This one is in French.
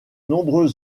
nombreux